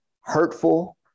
hurtful